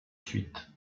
suite